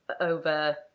over